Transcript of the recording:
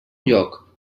lloc